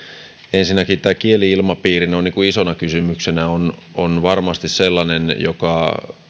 ensinnäkin tämä kieli ilmapiiri isona kysymyksenä on on varmasti sellainen joka